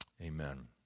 Amen